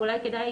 אולי כדאי